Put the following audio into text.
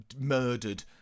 murdered